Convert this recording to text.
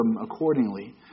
accordingly